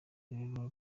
rero